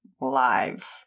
live